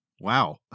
Wow